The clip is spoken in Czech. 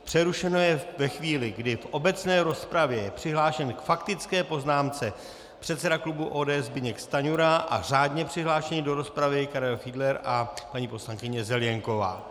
Přerušeno je ve chvíli, kdy v obecné rozpravě je přihlášen k faktické poznámce předseda klubu ODS Zbyněk Stanjura a řádně přihlášený do rozpravy Karel Fiedler a paní poslankyně Zelienková.